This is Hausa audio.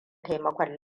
taimakon